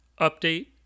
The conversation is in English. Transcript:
update